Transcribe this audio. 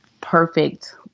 perfect